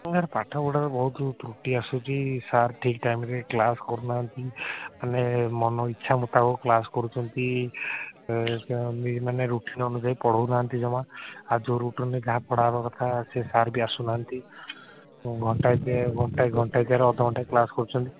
sir ପାଠ ପଢ଼ାରେ ବହୁତ ତ୍ରୁଟି ଆସୁଚି ସାର୍ ଠିକ୍ ଟାଇମ୍ରେ କ୍ଲାସ୍ କରୁନାହାନ୍ତି ମାନେ ମନ ଇଚ୍ଛା ମୁତାବକ କ୍ଲାସ୍ କରୁଛନ୍ତି ମାନେ ରୁଟିନ୍ ଅନୁଯାୟୀ ପଢ଼ଉନାହାନ୍ତି ଜମା ଆଉ ରୁଟିନ୍ରେ ଯାହା ପଢ଼ାହବା କଥା ସେ ସାର୍ ବି ଆସୁନାହାନ୍ତି ଘଣ୍ଟାଏ କି ଘଣ୍ଟାଏ ଅଧ ଘଣ୍ଟାଏ କ୍ଲାସ୍ କରୁଛନ୍ତି